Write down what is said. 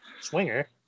Swinger